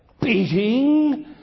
Beating